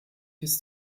bis